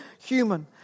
human